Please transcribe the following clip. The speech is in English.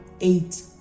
eight